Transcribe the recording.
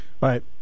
right